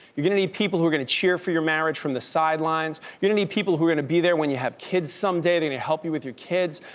you're gonna need people who are gonna cheer for your marriage from the sidelines, you're gonna need people who are gonna be there when you have kids someday, they're gonna help you with your kids,